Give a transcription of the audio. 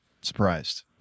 surprised